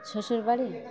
শ্বশুরবাড়ি